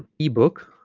ebook